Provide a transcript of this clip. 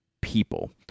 people